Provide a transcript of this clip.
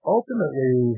Ultimately